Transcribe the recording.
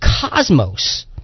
cosmos